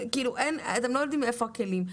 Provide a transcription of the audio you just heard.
לא יודעים איפה הכלים.